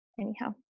anyhow